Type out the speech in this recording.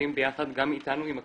גם איתנו, עם הקהילה,